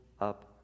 up